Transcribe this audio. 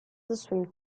swim